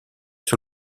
sur